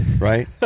right